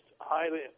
highly